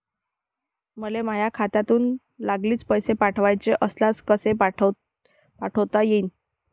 मले माह्या खात्यातून लागलीच पैसे पाठवाचे असल्यास कसे पाठोता यीन?